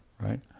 right